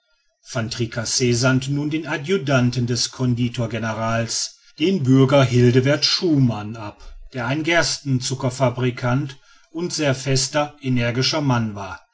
van tricasse sandte nun den adjutanten des conditor generals den bürger hildevert shuman ab der ein gerstenzuckerfabrikant und sehr fester energischer mann war